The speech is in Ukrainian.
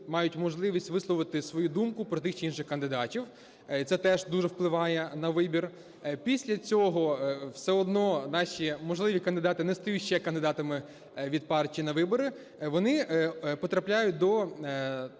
мають можливість висловити свою думку про тих чи інших кандидатів, це теж дуже впливає на вибір. Після цього все одно наші можливі кандидати не стають ще кандидатами від партії на вибори, вони потрапляють до